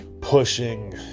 pushing